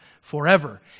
forever